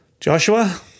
Joshua